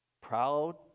proud